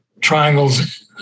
triangles